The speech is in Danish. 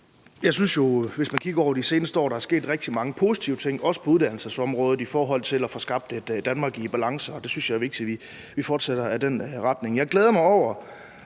Jeg synes jo, hvis man kigger over de seneste år, at der er sket rigtig mange positive ting, også på uddannelsesområdet, i forhold til at få skabt et Danmark i balance, og jeg synes, det er vigtigt, at vi fortsætter i den retning.